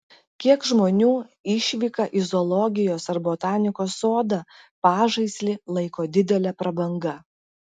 kiek žmonių išvyką į zoologijos ar botanikos sodą pažaislį laiko didele prabanga